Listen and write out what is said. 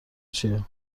چیه